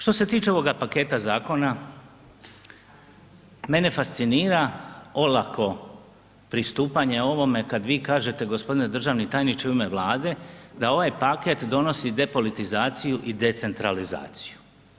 Što se tiče ovoga paketa zakona, mene fascinira olako pristupanje ovome kad vi kažete, g. državni tajniče u ime Vlade da ovaj paket donosi depolitizaciju i decentralizaciju.